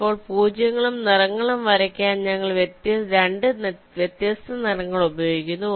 ഇപ്പോൾ പൂജ്യങ്ങളും നിറങ്ങളും വരയ്ക്കാൻ ഞങ്ങൾ 2 വ്യത്യസ്ത നിറങ്ങൾ ഉപയോഗിക്കുന്നു